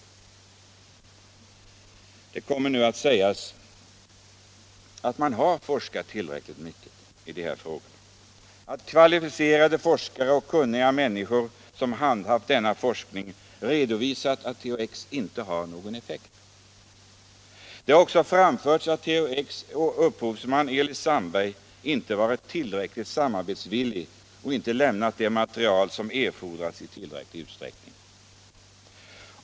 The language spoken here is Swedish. lingsmetoder inom Det kommer nu att sägas att man har forskat tillräckligt mycket i = sjukvården, m.m. de här frågorna, att kvalificerade forskare och kunniga människor som hamnat i denna forskning redovisat att THX inte har någon effekt. Det har också framförts att THX upphovsman, Elis Sandberg, inte varit tillräckligt samarbetsvillig och inte i tillräcklig utsträckning lämnat det material som erfordras.